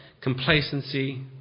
Complacency